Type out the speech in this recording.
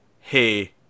hey